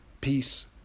Peace